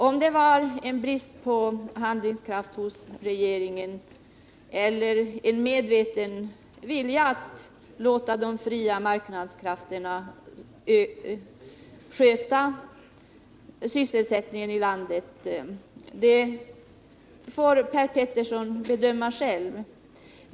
Om det var en brist på handlingskraft hos regeringen eller en medveten vilja att låta de fria marknadskrafterna sköta sysselsättningen i landet får Per Petersson bedöma själv.